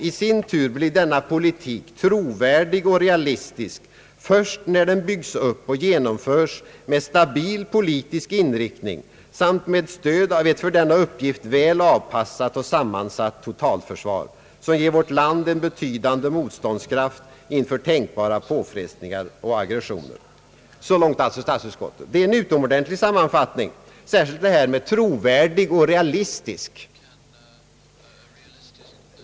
I sin tur blir denna politik trovärdig och realistisk först när den byggs upp och genomförs med stabil politisk inriktning samt med stöd av ett för denna uppgift väl avpassat och sammansatt totalförsvar som ger vårt land en betydande motståndskraft inför tänkbara påfrestningar och aggressioner.» Det är en utomordentlig sammanfattning — särskilt detta med »trovärdig» och »realistisk».